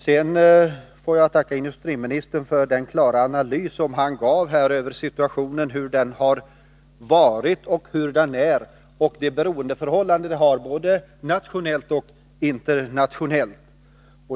Sedan får jag tacka industriministern för den klara analys som han gav över hur situationen varit och hur den är och över det beroendeförhållande som vi har både nationellt och internationellt.